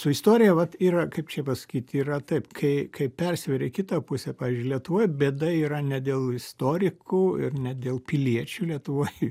su istorija vat yra kaip čia pasakyt yra taip kai kai persveri į kitą pusę pavyzdžiui lietuvoj bėda yra ne dėl istorikų ir ne dėl piliečių lietuvoj